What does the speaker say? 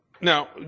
now